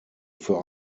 für